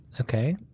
Okay